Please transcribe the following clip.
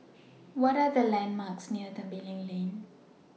What Are The landmarks near Tembeling Lane